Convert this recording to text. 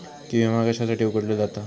विमा कशासाठी उघडलो जाता?